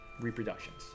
reproductions